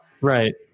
Right